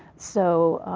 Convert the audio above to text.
so,